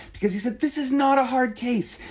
because he said this is not a hard case.